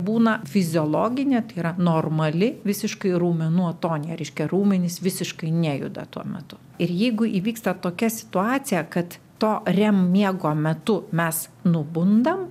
būna fiziologinė tai yra normali visiškai raumenų atonija reiškia raumenys visiškai nejuda tuo metu ir jeigu įvyksta tokia situacija kad to rem miego metu mes nubundam